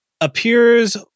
appears